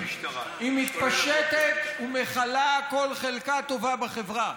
היא מתפשטת ומכלה כל חלקה טובה בחברה.